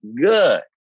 good